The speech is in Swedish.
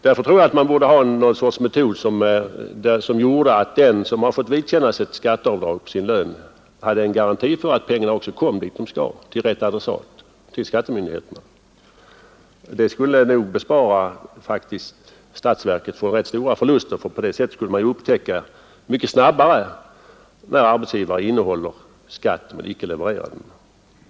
Därför borde man ha någon metod som gjorde att den som har fått vidkännas skatteavdrag på sin lön hade garanti för att pengarna kommer fram till rätt adressat, till skattemyndigheterna. Det skulle nog bespara statsverket rätt stora förluster, för på det sättet skulle man ju mycket snabbare upptäcka när arbetsgivare innehåller skattemedel men icke levererar in dem.